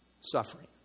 suffering